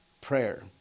prayer